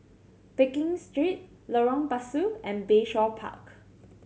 Pekin Street Lorong Pasu and Bayshore Park